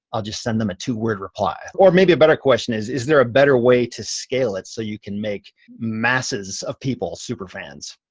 i'll just send them a two-word reply. or maybe a better question is, is there a better way to scale it so you can make masses of people superfans?